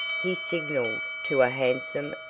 he signaled to a hansom,